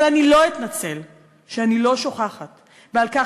אבל אני לא אתנצל על שאני לא שוכחת ועל כך